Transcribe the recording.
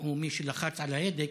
הוא מי שלחץ על ההדק